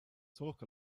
talk